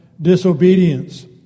disobedience